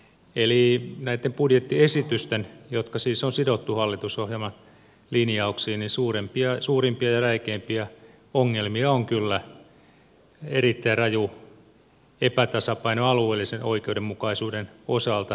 eli näitten budjettiesitysten jotka siis on sidottu hallitusohjelman linjauksiin suurimpia ja räikeimpiä ongelmia on kyllä erittäin raju epätasapaino alueellisen oikeudenmukaisuuden osalta